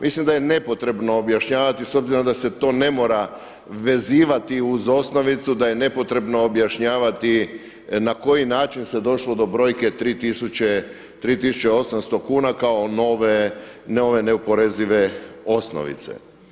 Mislim da je nepotrebno objašnjavati s obzirom da se to ne mora vezivati uz osnovicu da je nepotrebno objašnjavati na koji način se došlo do brojke 3.800 kuna kao nove neoporezive osnovice.